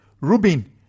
Rubin